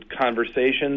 conversations